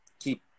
keep